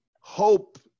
hope